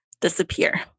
disappear